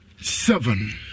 Seven